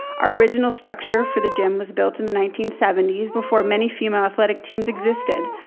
our original structure for the gym was built in the nineteen seventy s, before many female athletic teams existed.